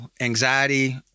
anxiety